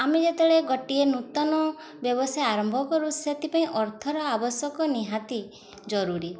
ଆମେ ଯେତେବେଳେ ଗୋଟିଏ ନୂତନ ବ୍ୟବସାୟ ଆରମ୍ଭ କରୁ ସେଥିପାଇଁ ଅର୍ଥର ଆବଶ୍ୟକ ନିହାତି ଜରୁରୀ